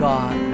God